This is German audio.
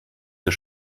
zur